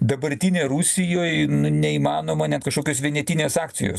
dabartinė rusijoj nu neįmanoma net kažkokios vienetinės akcijos